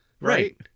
Right